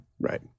right